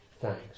thanks